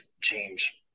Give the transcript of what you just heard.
change